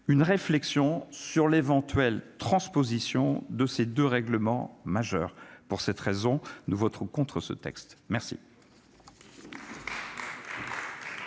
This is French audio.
une réflexion sur l'éventuelle transposition de ces de règlements majeur pour cette raison, nous voterons contre ce texte, merci.